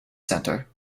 center